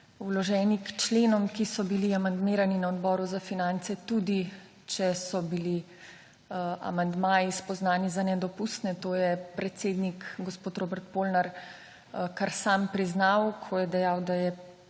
vloženi k členom, ki so bili amandmirani na Odboru za finance, tudi če so bili amandmaji spoznani za nedopustne. To je predsednik, gospod Robert Polnar, kar sam priznal, ko je dejal, da je